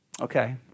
Okay